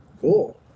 Cool